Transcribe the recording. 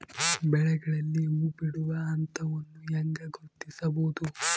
ಬೆಳೆಗಳಲ್ಲಿ ಹೂಬಿಡುವ ಹಂತವನ್ನು ಹೆಂಗ ಗುರ್ತಿಸಬೊದು?